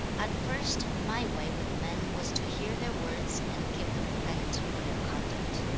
at first, my way with men was to hear their words, and give them credit for their conduct.